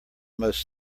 most